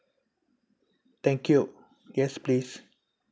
thank you yes please